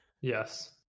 Yes